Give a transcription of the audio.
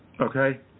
okay